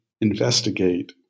investigate